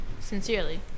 Sincerely